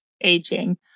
aging